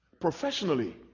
Professionally